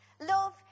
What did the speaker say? Love